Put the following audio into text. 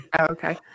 Okay